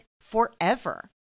forever